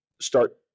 start